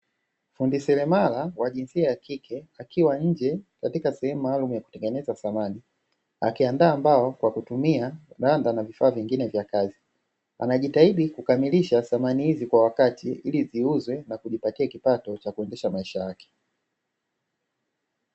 Fundi seremala wa jinsia ya kike akiwa nje katika sehemu maalumu ya kutengeneza samani, akiandaa mbao kwa kutumia randa na vifaa vingine vya kazi, anajitahidi kukamilisha samani hizi kwa wakati ili ziuzwe na kujipatia kipato cha kuendesha maisha yake.